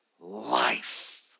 life